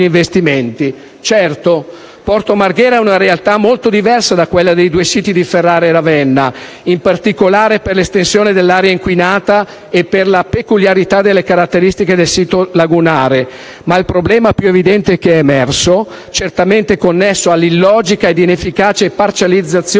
Certo, Porto Marghera è una realtà molto diversa da quella dei due siti di Ferrara e Ravenna, in particolare per l'estensione dell'area inquinata e per la peculiarità delle caratteristiche del sito lagunare. Ma il problema più evidente - certamente connesso all'illogica ed inefficace parcellizzazione